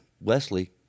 Wesley